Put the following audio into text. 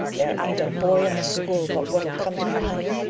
there ain't a boy in the school but what'll come to be hung!